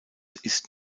ist